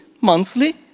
monthly